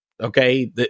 Okay